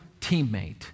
teammate